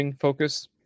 focus